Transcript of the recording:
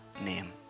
name